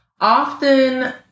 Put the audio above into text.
often